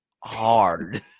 hard